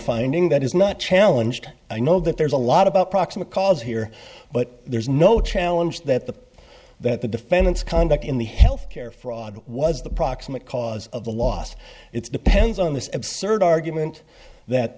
finding that is not challenged i know that there's a lot about proximate cause here but there's no challenge that the that the defendant's conduct in the health care fraud was the proximate cause of the loss it's depends on this absurd argument that